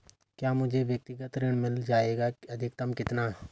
क्या मुझे व्यक्तिगत ऋण मिल जायेगा अधिकतम कितना?